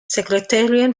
sectarian